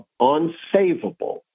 unsavable